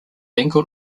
bengal